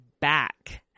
back